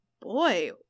boy